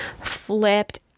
flipped